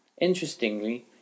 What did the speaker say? Interestingly